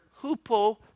hupo